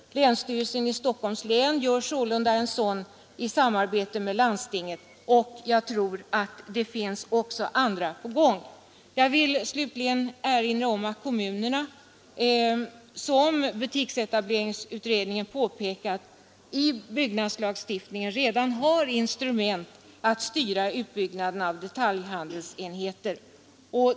Länsstyrelsen i Stockholms län gör sålunda en sådan i samarbete med landstinget, och jag tror att det också finns andra på gång. Jag vill slutligen erinra om att kommunerna, som butiksetableringsutredningen påpekat, i byggnadslagstiftningen redan har instrument att styra utbyggnaden av detaljhandelsenheter.